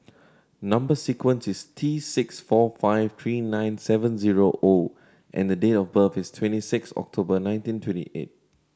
number sequence is T six four five three nine seven zero O and the date of birth is twenty six October nineteen twenty eight